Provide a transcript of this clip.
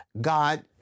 God